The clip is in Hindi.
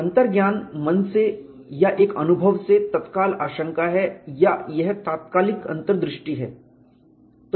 अंतर्ज्ञान मन से या एक अनुभव से तत्काल आशंका है या यह तात्कालिक अंतर्दृष्टि है